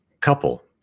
couple